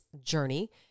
journey